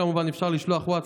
כמובן אפשר לשלוח ווטסאפ,